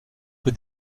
que